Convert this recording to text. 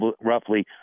roughly